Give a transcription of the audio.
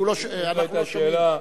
זאת היתה השאלה.